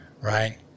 right